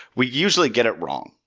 we usually get it wrong.